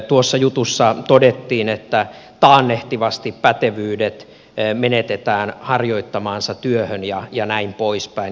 tuossa jutussa todettiin että taannehtivasti pätevyydet menetetään harjoittamaansa työhön ja näin poispäin